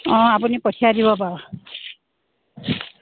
অ' আপুনি পঠিয়াই দিব বাৰু